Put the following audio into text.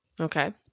Okay